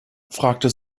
fragte